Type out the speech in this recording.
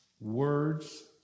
Words